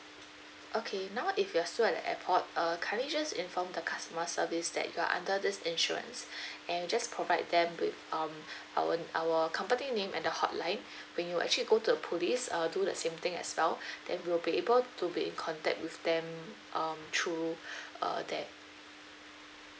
okay now if you're still at the airport err kindly just inform the customer service that you are under this insurance and you just provide them with um our our company name and the hotline when you actually go to the police uh do the same thing as well then we will be able to be in contact with them um through err there